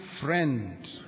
friend